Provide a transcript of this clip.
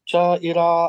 čia yra